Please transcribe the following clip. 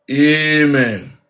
Amen